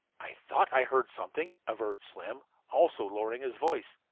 i thought i heard something, averred slim, also lowering his voice.